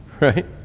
right